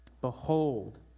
Behold